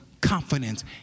confidence